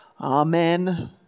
Amen